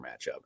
matchup